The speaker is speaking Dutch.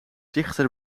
dichter